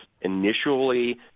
initially